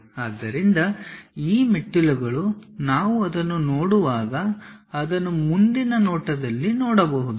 ಆದ್ದರಿಂದ ಈ ಮೆಟ್ಟಿಲುಗಳು ನಾವು ಅದನ್ನು ನೋಡುವಾಗ ಅದನ್ನು ಮುಂದಿನ ನೋಟದಲ್ಲಿ ನೋಡಬಹುದು